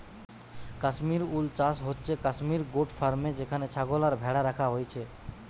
Kashmir wool চাষ হচ্ছে Kashmir goat ফার্মে যেখানে ছাগল আর ভ্যাড়া রাখা হইছে